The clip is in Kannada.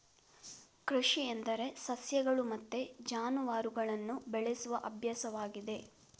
ಕೃಷಿ ಎಂದರೆ ಸಸ್ಯಗಳು ಮತ್ತು ಜಾನುವಾರುಗಳನ್ನು ಬೆಳೆಸುವ ಅಭ್ಯಾಸವಾಗಿದೆ